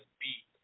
beat